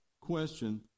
question